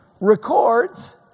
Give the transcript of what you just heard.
records